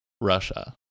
Russia